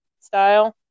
style